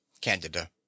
Candida